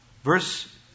Verse